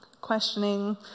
questioning